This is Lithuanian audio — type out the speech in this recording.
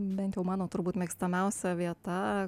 bent jau mano turbūt mėgstamiausia vieta